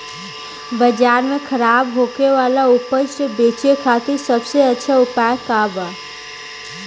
बाजार में खराब होखे वाला उपज के बेचे खातिर सबसे अच्छा उपाय का बा?